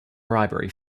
bribery